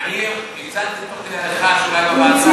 אני הצעתי תוך כדי הליכה שאולי בוועדה,